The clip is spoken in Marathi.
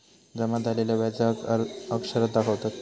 जमा झालेल्या व्याजाक आर अक्षरात दाखवतत